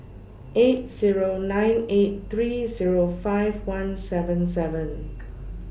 eight Zero nine eight three Zero five one seven seven